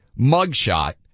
mugshot